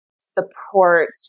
support